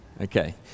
Okay